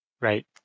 right